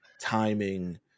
timing